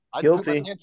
Guilty